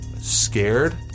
scared